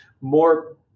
more